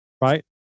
right